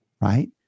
right